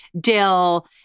dill